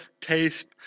taste